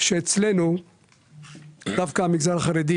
שמי שיצר את הפער במגזר החרדי